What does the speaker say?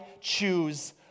choose